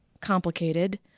complicated